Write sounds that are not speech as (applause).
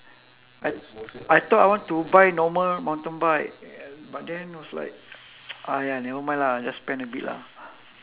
I I thought I want to buy normal mountain bike (noise) but then was like (noise) !aiya! never mind lah just spend a bit lah